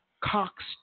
Cox